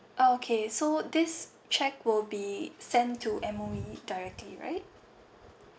okay so this cheque will be sent to M_O_E directly right